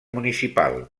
municipal